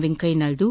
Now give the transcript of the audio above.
Venkaiah Naidu